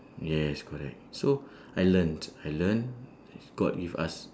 yes correct so I learnt I learn god with us